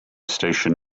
station